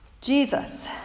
Jesus